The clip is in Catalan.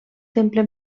temple